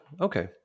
Okay